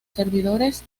servidores